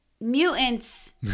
mutants